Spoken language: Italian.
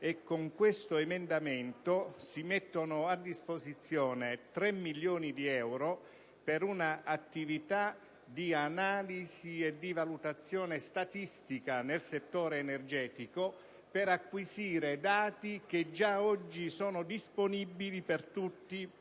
l'emendamento in esame si mettono a disposizione 3 milioni di euro per un'attività di analisi e valutazione statistica nel settore energetico per acquisire dati già oggi disponibili per tutti